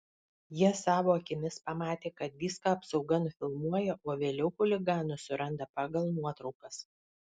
jie savo akimis pamatė kad viską apsauga nufilmuoja o vėliau chuliganus suranda pagal nuotraukas